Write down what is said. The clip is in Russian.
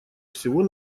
всего